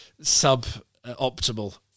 sub-optimal